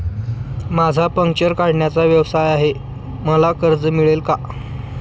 माझा पंक्चर काढण्याचा व्यवसाय आहे मला कर्ज मिळेल का?